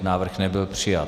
Návrh nebyl přijat.